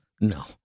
No